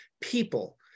people